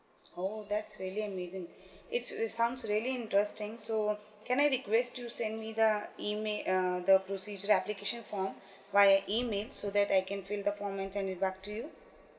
oh that's really amazing it's it sounds really interesting so can I request to send me the email uh the procedural application form via email so that I can fill the form and send it back to you